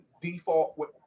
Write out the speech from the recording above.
default